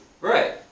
Right